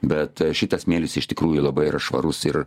bet šitas smėlis iš tikrųjų labai yra švarus ir